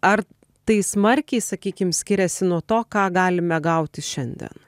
ar tai smarkiai sakykim skiriasi nuo to ką galime gauti šiandien